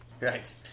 Right